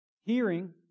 hearing